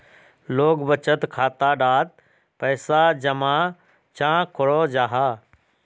लोग बचत खाता डात पैसा जमा चाँ करो जाहा?